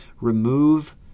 remove